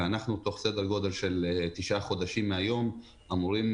ותוך כתשעה חודשים מהיום אנחנו אמורים